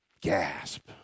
Gasp